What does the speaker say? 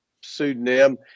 pseudonym